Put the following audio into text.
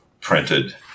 printed